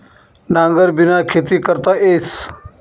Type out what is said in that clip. नांगरबिना खेती करता येस